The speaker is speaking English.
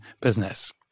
business